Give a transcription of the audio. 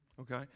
Okay